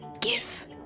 Give